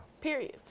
Period